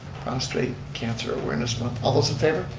prostrate cancer awareness month. all those in favor?